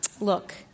Look